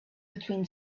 between